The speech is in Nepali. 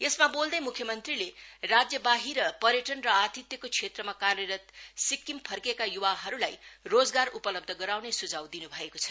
यसमा बोल्दै मुख्यमन्त्रीले राज्य बाहिर पर्यटन र आतिथ्यको क्षेत्रमा कार्यरत सिक्किम फर्केका युवाहरूलाई रोजगार उपलब्ध गराउने सुझाव दिनु भएको छ